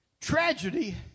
Tragedy